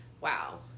wow